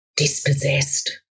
Dispossessed